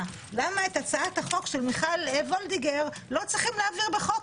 למה את הצעת החוק של מיכל וולדיגר לא צריכים להעביר בחוק,